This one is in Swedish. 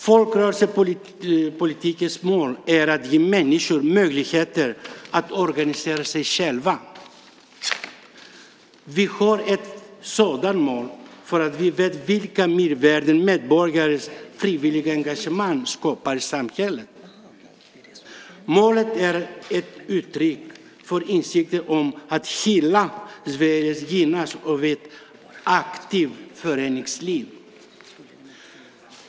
Folkrörelsepolitikens mål är att ge människor möjligheter att organisera sig själva. Vi har ett sådant mål därför att vi vet vilka mervärden medborgares frivilliga engagemang skapar i samhället. Målet är ett uttryck för insikten att hela Sverige gynnas av ett aktivt föreningsliv.